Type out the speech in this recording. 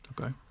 Okay